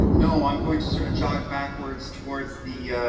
no i'm going to sort of jog backwards towards the